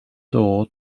door